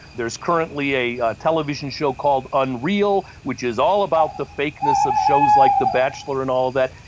there is currently a television show called unreal which is all about the fakeness of shows like the bachelor and all that,